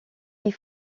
ils